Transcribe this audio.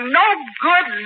no-good